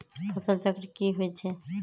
फसल चक्र की होई छै?